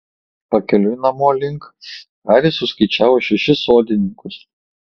pakeliui namo link haris suskaičiavo šešis sodininkus